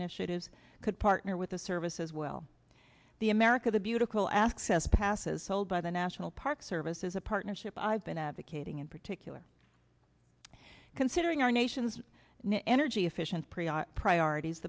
initiatives could partner with the service as well the america the beautiful access passes sold by the national park service is a partnership i've been advocating in particular considering our nation's new energy efficient prio